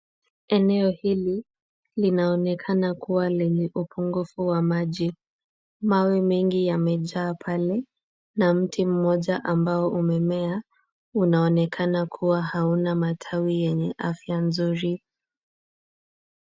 Eneo hili linaonekana kuwa lenye upungufu wa maji. Mawe mengi yamejaa pale na mti mmoja ambao umemea unaonekana kuwa hauna matawi yenye afya nzuri.